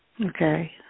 Okay